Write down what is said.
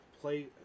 play